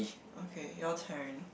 okay your turn